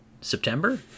September